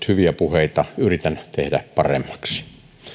hyviä puheita yritän pistää paremmaksi